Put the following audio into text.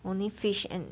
only fish and